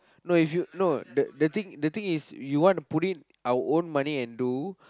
no if you no the the thing the thing is if you want to put in our own money and do